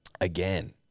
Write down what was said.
Again